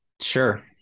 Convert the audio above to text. sure